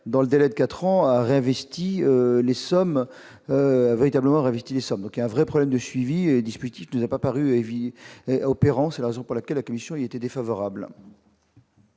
dans le délai de 4 ans a réinvesti les sommes véritablement revisiter les sommes donc un vrai problème de suivi et dispute, il n'est pas paru évi opérant, c'est la raison pour laquelle la Commission était défavorable.